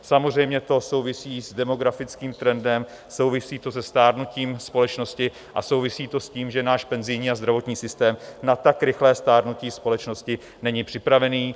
Samozřejmě to souvisí s demografickým trendem, souvisí to se stárnutím společnosti a souvisí to s tím, že náš penzijní a zdravotní systém na tak rychlé stárnutí společnosti není připravený.